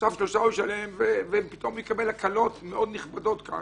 עכשיו שלושה הוא ישלם ופתאום יקבל הקלות מאוד נכבדות כאן.